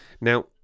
now